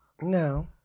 No